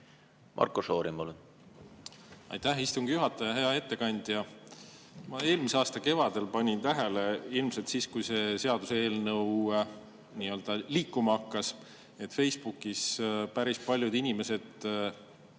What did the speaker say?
Marko Šorin, palun! Aitäh, istungi juhataja! Hea ettekandja! Ma eelmise aasta kevadel panin tähele, ilmselt siis, kui see seaduseelnõu nii-öelda liikuma hakkas, et Facebookis päris paljud inimesed